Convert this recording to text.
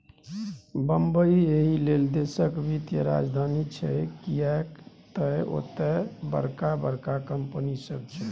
बंबई एहिलेल देशक वित्तीय राजधानी छै किएक तए ओतय बड़का बड़का कंपनी सब छै